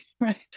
Right